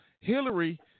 Hillary